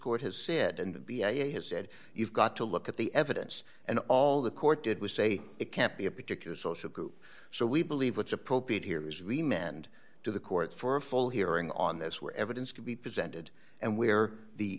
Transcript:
court has said and b a a has said you've got to look at the evidence and all the court did was say it can't be a particular social group so we believe what's appropriate here is we manned to the court for a full hearing on this where evidence could be presented and where the